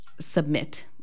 Submit